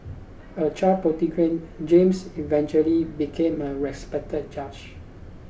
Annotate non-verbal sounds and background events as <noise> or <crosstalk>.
a child <unintelligible> James eventually became a respected judge